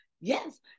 Yes